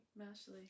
Mashley